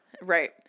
Right